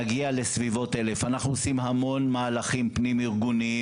נגיע לסביבות 1,000. אנחנו עושים המון מהלכים פנים ארגוניים